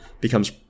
becomes